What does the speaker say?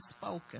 spoken